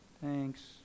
Thanks